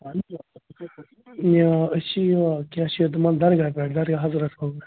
یہِ أسۍ چھِ یہِ کیٛاہ چھِ اَتھ دپان درگاہ پٮ۪ٹھ درگاہ حضرت بل پٮ۪ٹھ